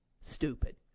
stupid